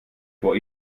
vor